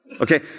Okay